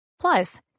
Plus